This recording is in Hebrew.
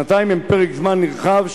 שנתיים הן פרק זמן נרחב,